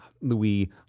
Louis